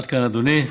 עד כאן, אדוני.